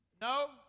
No